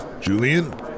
Julian